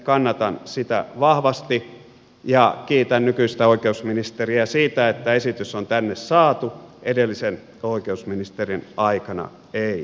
kannatan sitä vahvasti ja kiitän nykyistä oikeusministeriä siitä että esitys on tänne saatu edellisen oikeusministerin aikana ei saatu